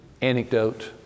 anecdote